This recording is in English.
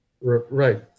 Right